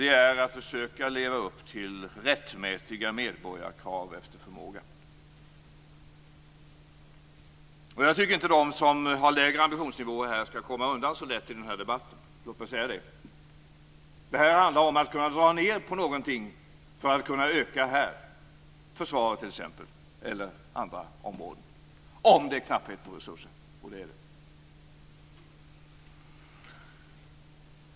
Det är att försöka leva upp till rättmätiga medborgarkrav efter förmåga. Jag tycker inte att de som har lägre ambitionsnivåer skall komma undan så lätt i den här debatten. Det handlar om att dra ned på någonting för att öka här, t.ex. försvaret eller andra områden, om det är knappt med resurser - och det är det.